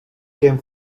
game